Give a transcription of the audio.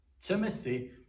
Timothy